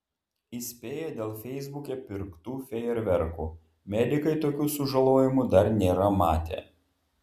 įspėja dėl feisbuke pirktų fejerverkų medikai tokių sužalojimų dar nėra matę